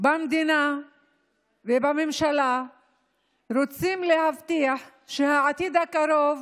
במדינה ובממשלה רוצים להבטיח שהעתיד הקרוב